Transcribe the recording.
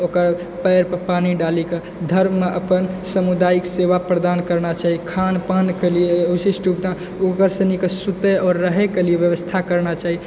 ओकर पयरपर पानि डालयके धर्ममे अपन सामुदायिक सेवा प्रदान करना चाही खान पानके लिये विशिष्ट योगदान ओकर सनिके सुतय आओर रहयके लिये व्यवस्था करना चाही